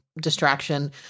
distraction